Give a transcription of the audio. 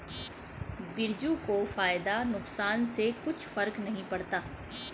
बिरजू को फायदा नुकसान से कुछ फर्क नहीं पड़ता